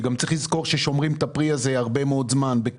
גם צריך לזכור ששומרים את הפרי הזה זמן רב מאוד בקירור.